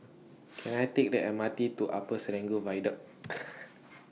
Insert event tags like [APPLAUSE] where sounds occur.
Can I Take The M R T to Upper Serangoon Viaduct [NOISE]